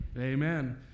Amen